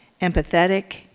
empathetic